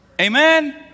Amen